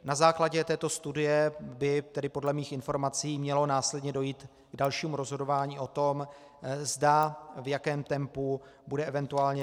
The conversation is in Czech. Na základě této studie by tedy podle mých informací mělo následně dojít k dalšímu rozhodování o tom, zda, v jakém tempu bude event.